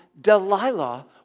Delilah